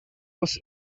was